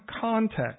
context